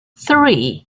three